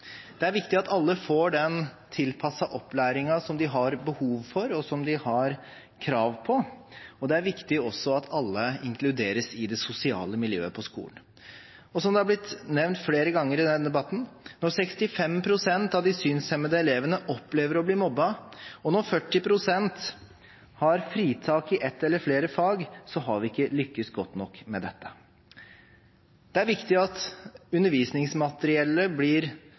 Det er viktig at alle får den tilpassede opplæringen de har behov for, og som de har krav på, og det er viktig at alle inkluderes i det sosiale miljøet på skolen. Som det er blitt nevnt flere ganger i denne debatten: Når 65 pst. av de synshemmede elevene opplever å bli mobbet, og når 40 pst. har fritak i ett eller flere fag, har vi ikke lyktes godt nok med dette. Det er viktig at undervisningsmateriellet blir